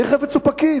ניר חפץ הוא פקיד.